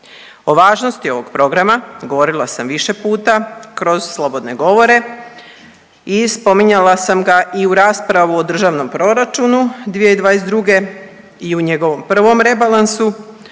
O važnosti ovog programa govorila sam više puta kroz slobodne govore i spominjala sam ga i u raspravu o Državnom proračunu 2022. i u njegovom prvom rebalansu